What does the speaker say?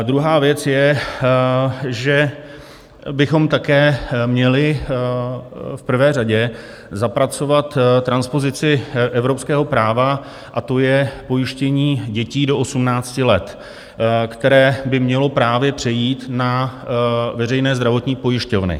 Druhá věc je, že bychom také měli v prvé řadě zapracovat transpozici evropského práva, a to je pojištění dětí do 18 let, které by mělo právě přejít na veřejné zdravotní pojišťovny.